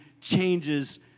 changes